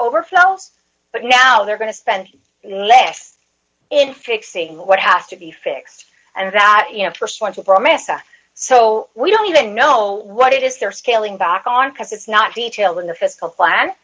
over fell's but now they're going to spend less in fixing what has to be fixed and that you know st one from issa so we don't even know what it is they're scaling back on because it's not detail in the fiscal pla